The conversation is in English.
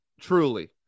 Truly